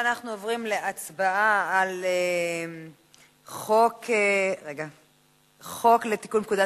אנחנו עוברים להצבעה על חוק לתיקון פקודת